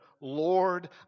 Lord